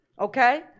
Okay